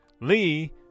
Lee